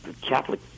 Catholic